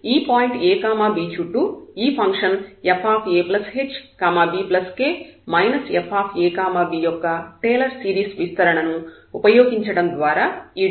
కాబట్టి ఈ point a b చుట్టూ ఈ ఫంక్షన్ fahbk fab యొక్క టేలర్ సిరీస్ విస్తరణను ఉపయోగించడం ద్వారా ఈ